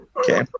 Okay